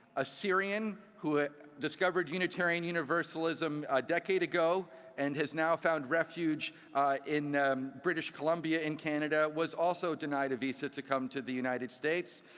a syrian who had discovered unitarian universalism a decade ago and has now found refuge in british columbia in canada was also denied a visa to come to the united states.